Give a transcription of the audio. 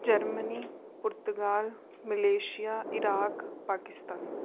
Germany Portugal Malaysia Iraq Pakistan